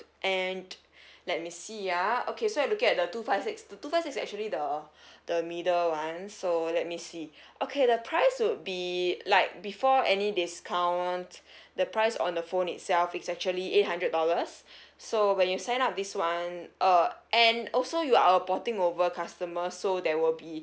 and let me see ah okay so I look at the two five six the two five six is actually the the middle [one] so let me see okay the price would be like before any discount the price on the phone itself is actually eight hundred dollars so when you sign up this [one] uh and also you are a porting over customer so there will be